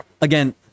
again